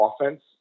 offense